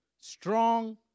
strong